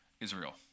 Israel